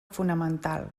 fonamental